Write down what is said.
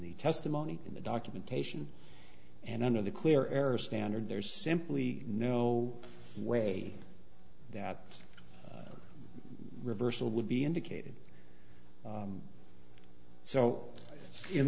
the testimony in the documentation and under the clear air standard there's simply no way that reversal would be indicated